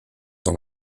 dans